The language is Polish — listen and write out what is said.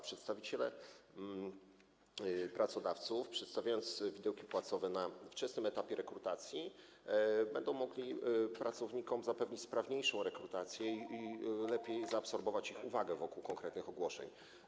Przedstawiciele pracodawców, przedstawiając widełki płacowe na wczesnym etapie rekrutacji, będą mogli zapewnić pracownikom sprawniejszą rekrutację i lepiej zaabsorbować ich uwagę wokół konkretnych ogłoszeń.